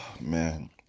Man